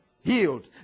healed